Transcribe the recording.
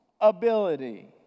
ability